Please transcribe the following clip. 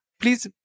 please